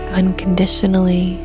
unconditionally